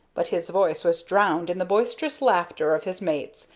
but his voice was drowned in the boisterous laughter of his mates,